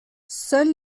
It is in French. seul